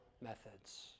methods